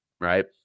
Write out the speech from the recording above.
right